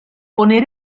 poner